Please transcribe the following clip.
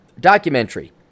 documentary